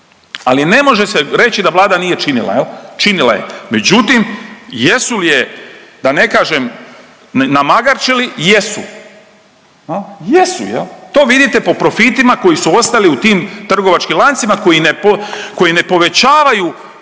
ali ne može se reći da Vlada nije činila. Činila je. Međutim, jesu li je da ne kažem namagarčili, jesu, jesu. To vidite po profitima koji su ostali u tim trgovačkim lancima koji ne povećavaju,